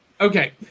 Okay